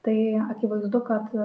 tai akivaizdu kad